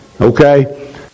Okay